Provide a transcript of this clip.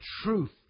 truth